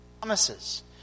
promises